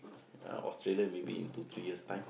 Australia maybe in two three years' time